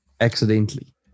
Accidentally